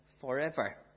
forever